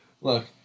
Look